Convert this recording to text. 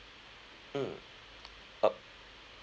mm uh